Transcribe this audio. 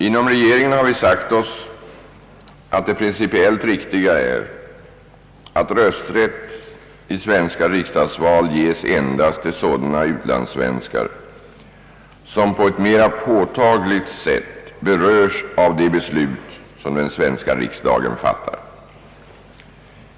Inom regeringen har vi sagt oss att det principiellt riktiga är att rösträtt i svenska riksdagsval ges endast till sådana utlandssvenskar som på ett mera påtagligt sätt berörs av de beslut som den svenska riksdagen fattar.